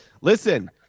Listen